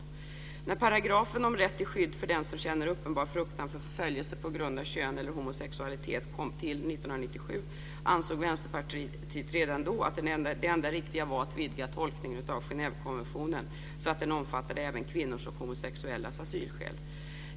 Redan när paragrafen om rätt till skydd för den som känner uppenbar fruktan för förföljelse på grund av kön eller homosexualitet kom till 1997 ansåg Vänsterpartiet att det enda riktiga var att vidga tolkningen av Genèvekonventionen så att den omfattade även kvinnors och homosexuellas asylskäl.